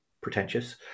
pretentious